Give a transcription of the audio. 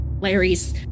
Larry's